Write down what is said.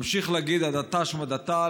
ממשיך להגיד "הדתה שמדתה",